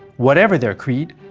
whatever their creed,